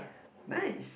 nice